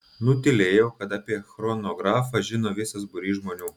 nutylėjau kad apie chronografą žino visas būrys žmonių